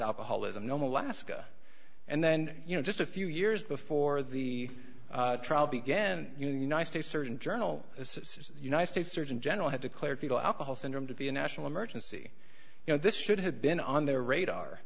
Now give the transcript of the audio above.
alcoholism nome alaska and then you know just a few years before the trial began united states surgeon journal says united states surgeon general had declared fetal alcohol syndrome to be a national emergency you know this should have been on their radar